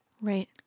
Right